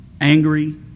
angry